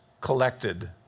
collected